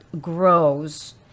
grows